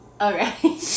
Okay